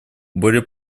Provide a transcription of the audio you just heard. более